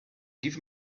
give